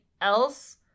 else